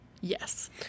Yes